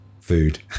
food